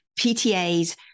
PTAs